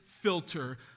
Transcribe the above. filter